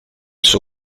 suo